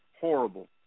horrible